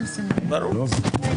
ברור.